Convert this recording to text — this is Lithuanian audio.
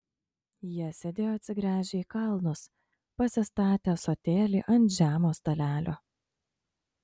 jie sėdėjo atsigręžę į kalnus pasistatę ąsotėlį ant žemo stalelio